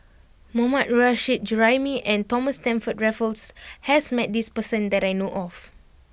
Mohammad Nurrasyid Juraimi and Thomas Stamford Raffles has met this person that I know of